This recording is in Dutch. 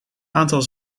aantal